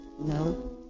No